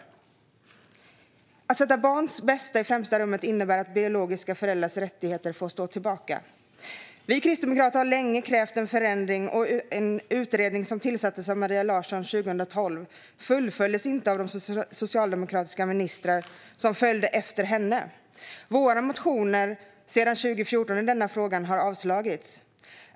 Att sätta barns bästa i främsta rummet innebär att biologiska föräldrars rättigheter får stå tillbaka. Vi kristdemokrater har länge krävt en förändring, men den utredning som 2012 tillsattes av Maria Larsson fullföljdes inte av de socialdemokratiska ministrar som följde efter henne. Och våra motioner i frågan sedan 2014 har avslagits.